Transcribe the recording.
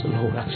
Lord